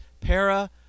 para